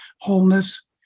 wholeness